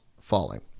falling